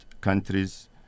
countries